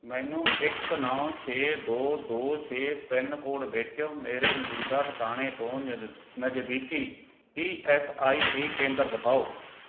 ਮੈਨੂੰ ਇੱਕ ਨੌਂ ਛੇ ਦੋ ਦੋ ਛੇ ਪਿੰਨ ਕੋਡ ਵਿੱਚ ਮੇਰੇ ਮੌਜੂਦਾ ਟਿਕਾਣੇ ਤੋਂ ਨਜ ਨਜ਼ਦੀਕੀ ਈ ਐੱਸ ਆਈ ਸੀ ਕੇਂਦਰ ਦਿਖਾਓ